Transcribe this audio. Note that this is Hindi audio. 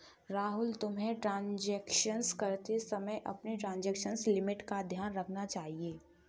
राहुल, तुम्हें ट्रांजेक्शन करते समय अपनी ट्रांजेक्शन लिमिट का ध्यान रखना चाहिए